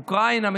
אוקראינה,